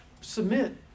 submit